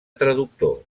traductor